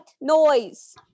noise